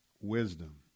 wisdom